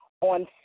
on